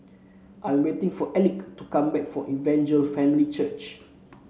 I'm waiting for Elick to come back from Evangel Family Church